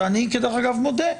שאני כדרך אגב מודה,